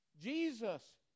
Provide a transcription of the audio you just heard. Jesus